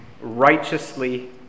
righteously